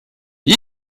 hip